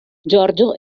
giorgio